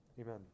amen